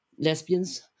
lesbians